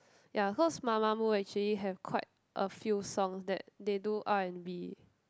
ya cause Mamamoo actually have quite a few songs that they do R and B